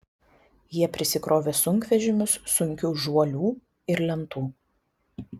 jie prisikrovė sunkvežimius sunkių žuolių ir lentų